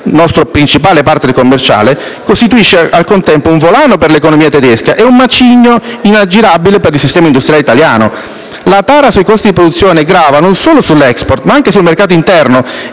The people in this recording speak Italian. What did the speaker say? (nostro principale *partner* commerciale) costituisce, al contempo, un volano per l'economia tedesca e un macigno inaggirabile per il sistema industriale italiano. La tara sui costi di produzione grava non solo sull'*export,* ma anche sul mercato interno,